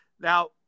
Now